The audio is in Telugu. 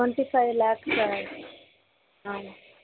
twenty five లాక్సా